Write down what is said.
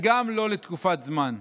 גם לא לתקופת זמן.